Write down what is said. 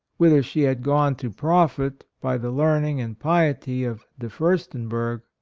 whither she had gone to profit by the learn ing and piety of de furstenberg,